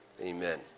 Amen